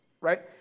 right